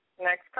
Next